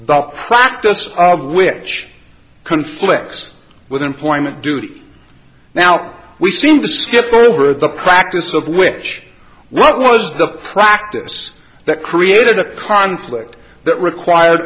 the practice of which conflicts with employment duty now we seem to skip over the practice of which what was the practice that created a conflict that required